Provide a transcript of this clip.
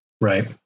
right